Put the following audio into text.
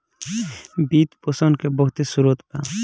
वित्त पोषण के बहुते स्रोत बा